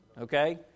Okay